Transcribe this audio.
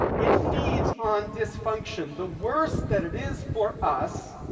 it feeds on dysfunction. the worse that it is for us,